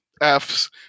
Fs